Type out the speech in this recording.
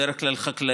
בדרך כלל חקלאיים.